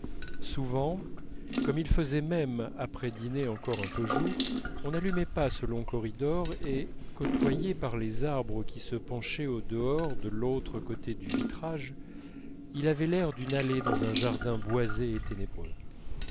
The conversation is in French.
souvent comme il faisait même après dîner encore un peu de jour on n'allumait pas ce long corridor et côtoyé par les arbres qui se penchaient au dehors de l'autre côté du vitrage il avait l'air d'une allée dans un jardin boisé et ténébreux